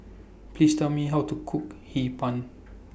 Please Tell Me How to Cook Hee Pan